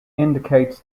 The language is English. indicates